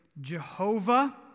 Jehovah